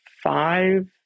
five